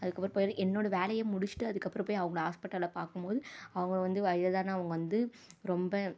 அதுக்கப்புறம் போய் என்னோட வேலையை முடிச்சிட்டு அதுக்கப்புறம் போய் அவங்கள ஹாஸ்பிட்டலில் பார்க்கும்போது அவங்க வந்து வயதானவங்கள் வந்து ரொம்ப